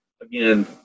again